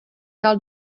dal